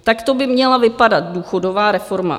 Takto by měla vypadat důchodová reforma.